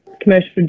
commercial